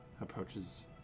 Approaches